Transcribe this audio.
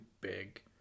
big